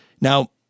now